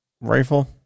rifle